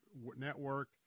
Network